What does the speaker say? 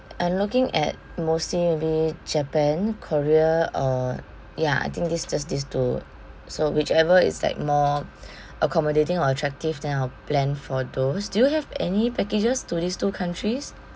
I'm looking at mostly maybe japan korea uh ya I think these just these two so whichever is like more accommodating or attractive then I'll plan for those do you have any packages to these two countries